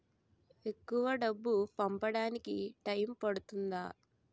ఎక్కువ డబ్బు పంపడానికి టైం పడుతుందా?